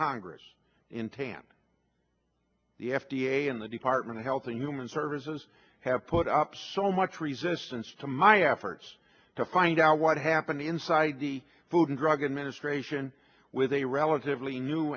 congress in tampa the f d a and the department of health and human services have put up so much resistance to my efforts to find out what happened inside the food and drug administration with a relatively new